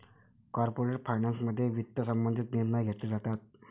corporate फायनान्समध्ये वित्त संबंधित निर्णय घेतले जातात